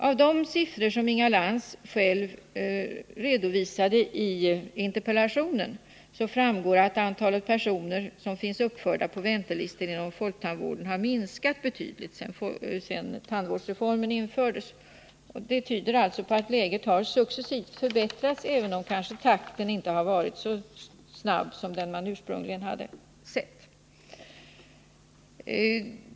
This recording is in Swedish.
Av de siffror som Inga Lantz själv redovisar i sin interpellation framgår att antalet personer som finns uppförda på väntelistor inom folktandvården har minskat betydligt sedan tandvårdsreformen infördes. Det tyder alltså på att läget successivt har förbättrats, även om takten kanske inte varit så snabb som man ursprungligen hade hoppats på.